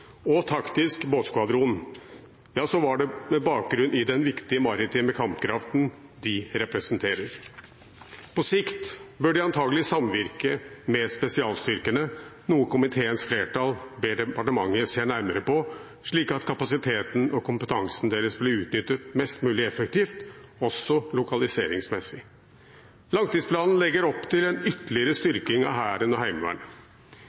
og Taktisk båtskvadron, var det med bakgrunn i den viktige maritime kampkraften de representerer. På sikt bør de antakelig samvirke med spesialstyrkene, noe komiteens flertall ber departementet om å se nærmere på, slik at kapasiteten og kompetansen deres blir utnyttet mest mulig effektivt også lokaliseringsmessig. Langtidsplanen legger opp til en ytterligere styrking av Hæren og